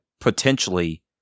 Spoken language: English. potentially